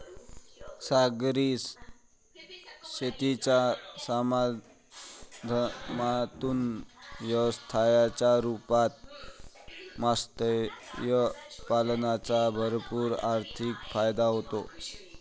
सागरी शेतीच्या माध्यमातून व्यवसायाच्या रूपात मत्स्य पालनाचा भरपूर आर्थिक फायदा होतो